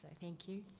thank you.